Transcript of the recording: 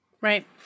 Right